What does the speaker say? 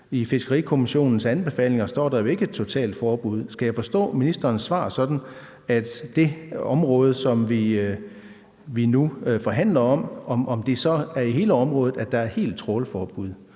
I Fiskerikommissionens anbefalinger står et totalforbud jo ikke. Skal jeg forstå ministerens svar sådan, at det i det område, som vi nu forhandler om, så vil være i hele området, at der er helt trawlforbud,